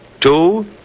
Two